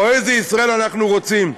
או איזו ישראל אנחנו רוצים,